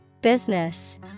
Business